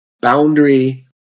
boundary